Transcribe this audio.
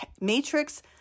matrix